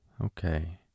Okay